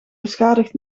beschadigd